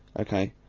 ok.